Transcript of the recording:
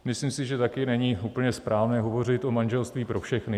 Myslím si, že tady není úplně správné hovořit o manželství pro všechny.